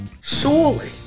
Surely